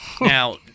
Now